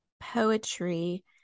poetry